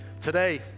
Today